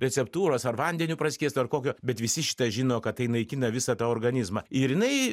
receptūros ar vandeniu praskiestu ar kokio bet visi šitą žino kad tai naikina visą tą organizmą ir jinai